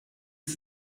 sie